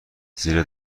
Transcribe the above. زیرا